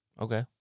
Okay